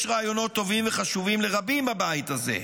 יש רעיונות טובים וחשובים לרבים בבית הזה: